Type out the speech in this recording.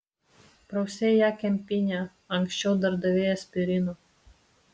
prausei ją kempine anksčiau dar davei aspirino